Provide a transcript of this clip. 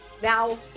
Now